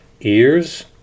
Ears